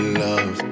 love